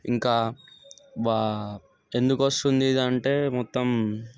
ఇంకా బా ఎందుకు వస్తుంది ఇది అంటే మొత్తం